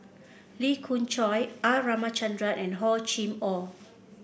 Lee Khoon Choy R Ramachandran and Hor Chim Or